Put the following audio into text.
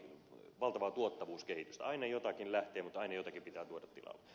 aina jotakin lähtee mutta aina jotakin pitää tuoda tilalle